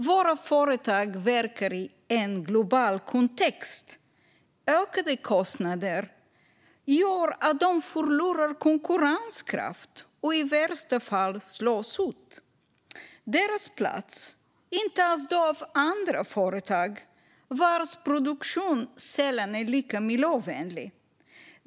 Våra företag verkar i en global kontext. Ökade kostnader gör att de förlorar konkurrenskraft och i värsta fall slås ut. Deras plats intas då av andra företag, vilkas produktion sällan är lika miljövänlig.